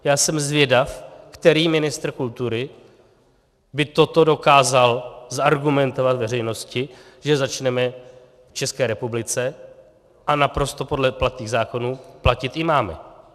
Já jsem zvědav, který ministr kultury by toto dokázal zargumentovat veřejnosti, že začneme v České republice, a naprosto podle platných zákonů, platit imámy.